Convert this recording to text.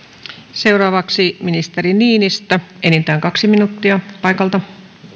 seuraavaksi ministeri niinistö enintään kaksi minuuttia paikalta